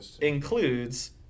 includes